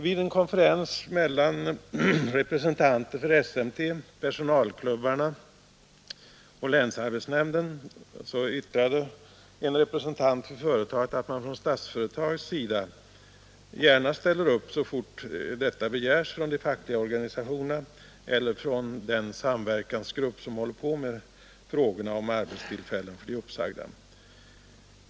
Vid en konferens mellan representanter för SMT, personalklubbarna och länsarbetsnämnden yttrade en representant för företaget att man från Statsföretag gärna ställer upp så snart detta begärs från de fackliga organisationerna eller från den samverkansgrupp som sysslar med frågor om arbetstillfällen för de uppsagda.